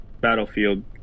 Battlefield